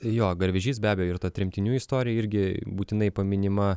jo garvežys be abejo ir ta tremtinių istorija irgi būtinai paminima